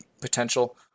potential